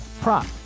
prop